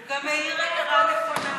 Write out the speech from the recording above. הוא גם העיר הערה נכונה,